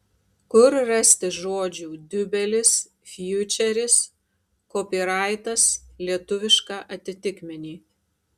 kur rasti žodžių diubelis fjučeris kopyraitas lietuvišką atitikmenį